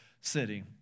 city